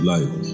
Life